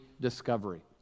discovery